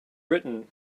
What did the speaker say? written